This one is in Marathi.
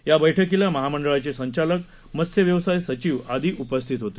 या बैठकीला महामंडळाचे संचालकमत्स्य व्यवसाय सचीव आदी उपस्थीत होते